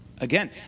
again